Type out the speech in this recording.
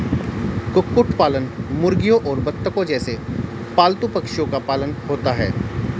कुक्कुट पालन मुर्गियों और बत्तखों जैसे पालतू पक्षियों का पालन होता है